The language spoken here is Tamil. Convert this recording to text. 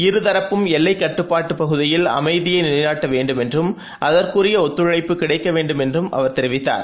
இரு தரப்பும் எல்லைக் கட்டுப்பாட்டுப் பகுதியில் அமைதியை நிலைநாட்ட வேண்டும் என்றும் அதற்குரிய ஒத்துழைப்பு கிடைக்க வேண்டும் என்றும் அவர் தெரிவித்தார்